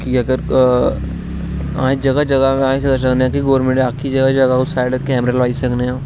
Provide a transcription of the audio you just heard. कि अगर आसे जगह जगह गोरमेंट गी आक्खी जगह जगह साइड कैमरे लुआई सकने आं